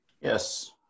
Yes